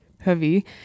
heavy